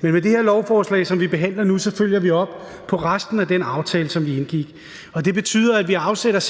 Med det her lovforslag, som vi behandler nu, følger vi op på resten af den aftale, som vi indgik, og det betyder, at vi afsætter